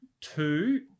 Two